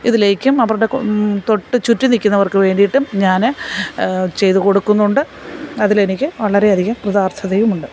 ഇതിലേക്കും അവരുടെ തൊട്ട് ചുറ്റും നിൽക്കുന്നവർക്ക് വേണ്ടിയിട്ടും ഞാൻ ചെയ്ത് കൊടുക്കുന്നുണ്ട് അതിലെനിക്ക് വളരെയധികം കൃതാർത്ഥതയുമുണ്ട്